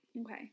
Okay